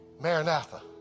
Maranatha